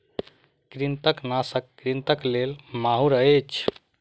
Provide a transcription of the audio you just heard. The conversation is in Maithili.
कृंतकनाशक कृंतकक लेल माहुर अछि